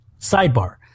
Sidebar